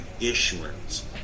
issuance